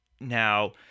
now